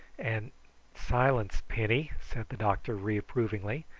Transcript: and silence, penny! said the doctor reprovingly,